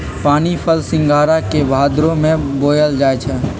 पानीफल सिंघारा के भादो में बोयल जाई छै